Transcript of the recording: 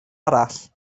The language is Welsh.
arall